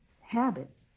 habits